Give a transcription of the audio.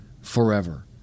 forever